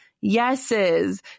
yeses